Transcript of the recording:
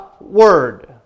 word